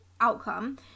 outcome